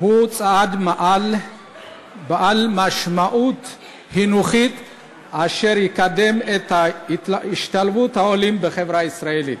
הוא צעד בעל משמעות חינוכית אשר יקדם את השתלבות העולים בחברה הישראלית.